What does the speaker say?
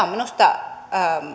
on minusta